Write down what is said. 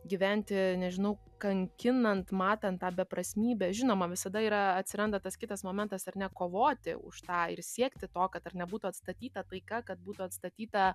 gyventi nežinau kankinant matant tą beprasmybę žinoma visada yra atsiranda tas kitas momentas ar ne kovoti už tai ir siekti to kad ar ne būtų atstatyta taika kad būtų atstatyta